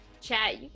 Chat